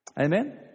Amen